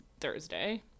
Thursday